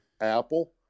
apple